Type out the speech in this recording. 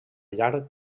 llarg